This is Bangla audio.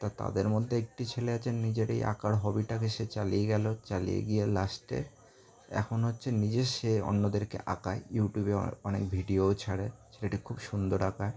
তা তাদের মধ্যে একটি ছেলে আছে নিজের এই আঁকার হবিটাকে সে চালিয়ে গেল চালিয়ে গিয়ে লাস্টে এখন হচ্ছে নিজের সে অন্যদেরকে আঁকায় ইউটিউবে অ অনেক ভিডিও ছাড়ে ছেলেটি খুব সুন্দর আঁকায়